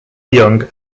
young